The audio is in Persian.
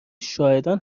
شاهدان